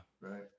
Right